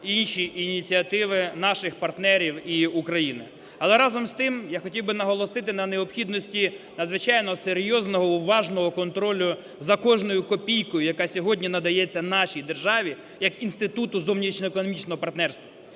інші ініціативи наших партнерів, і України. Але, разом з тим, я хотів би наголосити на необхідності надзвичайно серйозного, уважного контролю за кожною копійкою, яка сьогодні надається нашій державі як інституту зовнішньоекономічного партнерства.